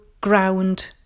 ground